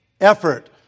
effort